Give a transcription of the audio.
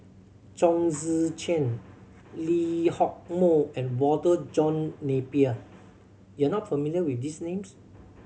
Chong Tze Chien Lee Hock Moh and Walter John Napier you are not familiar with these names